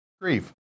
grief